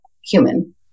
human